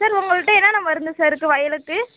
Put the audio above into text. sir உங்கள்கிட்ட என்னான்னா மருந்து சார் இருக்கு வயலுக்கு